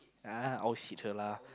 ah always hit her lah